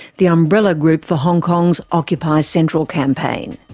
the umbrella group for hong kong's occupy central campaign.